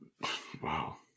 wow